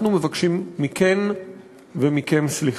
אנחנו מבקשים מכן ומכם סליחה.